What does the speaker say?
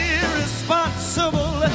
Irresponsible